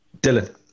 Dylan